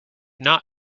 not